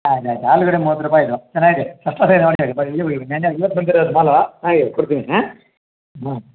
ಆಯ್ತು ಆಯ್ತು ಆಲೂಗಡ್ಡೆ ಮೂವತ್ತು ರೂಪಾಯಿ ಅದು ಚೆನ್ನಾಗಿದೆ ಫಸ್ಟ್ ಕ್ಲಾಸ್ ಆಗಿದೆ ನೋಡಿ ಅದು ನೆನ್ನೆ ಇವತ್ತು ಬಂದಿರೋದು ಮಾಲು ಚೆನ್ನಾಗಿದೆ ಕೊಡ್ತೀನಿ ಹಾಂ ಹಾಂ